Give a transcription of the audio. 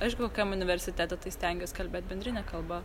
aišku kokiam universitete tai stengiuos kalbėt bendrine kalba